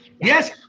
yes